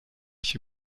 się